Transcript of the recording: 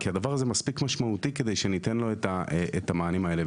הדבר הזה מספיק משמעותי כדי שנין לו את המענים האלה.